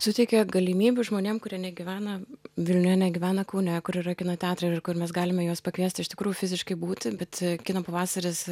suteikia galimybių žmonėm kurie negyvena vilniuje negyvena kaune kur yra kino teatrai ir kur mes galime juos pakviesti iš tikrųjų fiziškai būti bet kino pavasaris